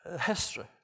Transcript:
history